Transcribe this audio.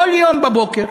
כל יום בבוקר